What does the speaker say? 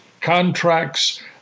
contracts